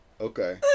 Okay